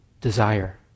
desire